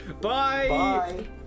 Bye